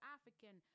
African